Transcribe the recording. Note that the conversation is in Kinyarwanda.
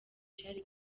cyari